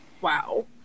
wow